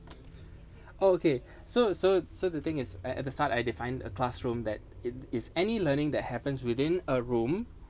oh okay so so so the thing is at at the start I define a classroom that it is any learning that happens within a room